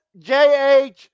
JH